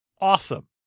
awesome